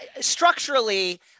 Structurally